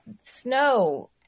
Snow